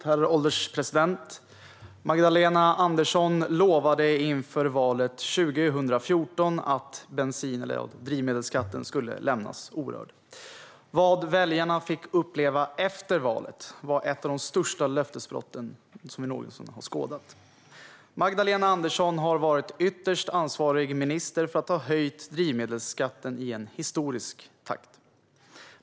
Herr ålderspresident! Magdalena Andersson lovade inför valet 2014 att drivmedelsskatten skulle lämnas orörd. Vad väljarna fick uppleva efter valet var ett av de största löftesbrotten som vi någonsin har skådat. Magdalena Andersson har varit ytterst ansvarig minister har att ha höjt drivmedelsskatten i en historisk takt.